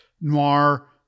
noir